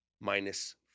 minus